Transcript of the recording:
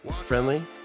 friendly